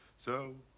so,